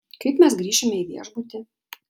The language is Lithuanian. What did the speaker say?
kaip mes grįšime į viešbutį